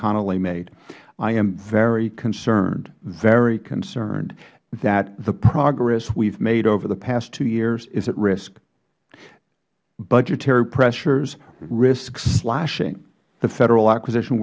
connolly made i am very concerned very concerned that the progress we have made over the past two years is at risk budgetary pressures risks slashing the federal acquisition